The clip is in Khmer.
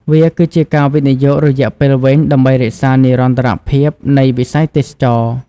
វាគឺជាការវិនិយោគរយៈពេលវែងដើម្បីរក្សានិរន្តរភាពនៃវិស័យទេសចរណ៍។